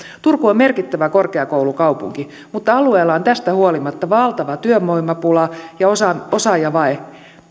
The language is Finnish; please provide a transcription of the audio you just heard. turku on merkittävä korkeakoulukaupunki mutta alueella on tästä huolimatta valtava työvoimapula ja osaajavaje